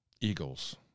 Eagles